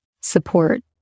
support